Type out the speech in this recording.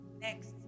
Next